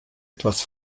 etwas